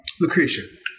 Lucretia